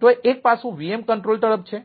તેથી તે કોમ્પ્યુટ કરવામાં